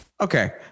Okay